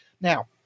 Now